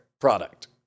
product